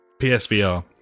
PSVR